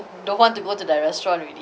don't want to go to the restaurant already